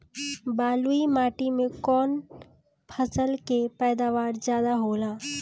बालुई माटी में कौन फसल के पैदावार ज्यादा होला?